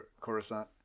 coruscant